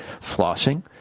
flossing